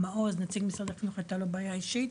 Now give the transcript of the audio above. מעוז נציג משרד החינוך, הייתה לו בעיה אישית.